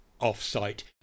off-site